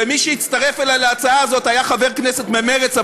ומי שהצטרף אלי להצעה הזאת היה חבר כנסת ממרצ,